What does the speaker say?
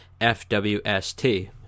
FWST